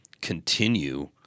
continue